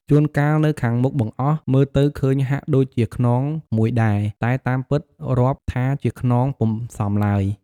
ជួនកាល នៅខាងមុខបង្អស់ មើលទៅឃើញហាក់ដូចជាខ្នងមួយដែរ តែតាមពិតរាប់ថាជាខ្នងពុំសមឡើយ។